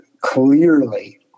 clearly